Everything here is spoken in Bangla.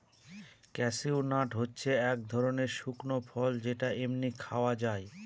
ক্যাসিউ নাট হচ্ছে এক ধরনের শুকনো ফল যেটা এমনি খাওয়া যায়